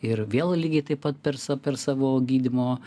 ir vėl lygiai taip pat per sa per savo gydymo